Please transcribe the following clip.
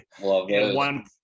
one